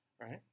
right